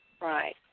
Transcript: right